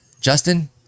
justin